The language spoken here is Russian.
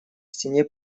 стене